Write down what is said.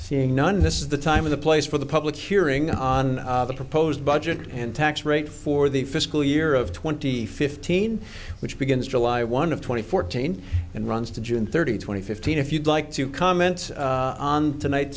seeing none this is the time of the place for the public hearing on the proposed budget and tax rate for the fiscal year of twenty fifteen which begins july one of twenty fourteen and runs to june thirtieth twenty fifteen if you'd like to comment on tonight